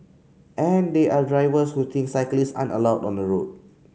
and there are drivers who think cyclist aren't allowed on the road